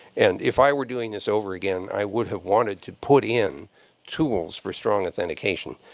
and if i were doing this over again, i would have wanted to put in tools for strong authentication.